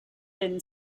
been